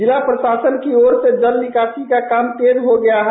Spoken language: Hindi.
जिला प्रशासन की ओर से जल निकासी का काम तेज हो गया है